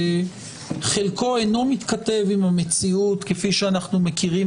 שבחלקו אינו מתכתב עם המציאות כפי שאנחנו מכירים